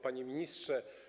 Panie Ministrze!